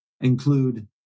include